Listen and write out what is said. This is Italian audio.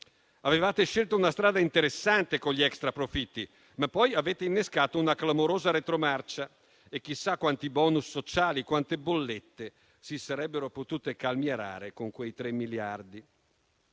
Avevate scelto una strada interessante con gli extraprofitti, ma poi avete ingranato una clamorosa retromarcia. E chissà quanti *bonus* sociali e quante bollette si sarebbero potute calmierare con quei tre miliardi.